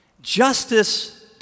Justice